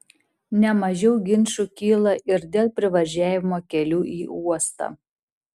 ne mažiau ginčų kyla ir dėl privažiavimo kelių į uostą